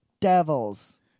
devils